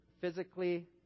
physically